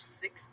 six